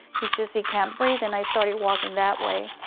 he says he can't breathe. and i started walking that way.